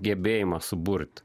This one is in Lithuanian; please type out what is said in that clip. gebėjimą suburt